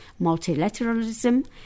multilateralism